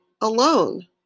alone